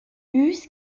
huss